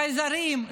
חייזרים,